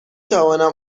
توانم